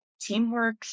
teamwork